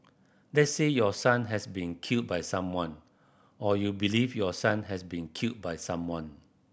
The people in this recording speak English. let's say your son has been killed by someone or you believe your son has been killed by someone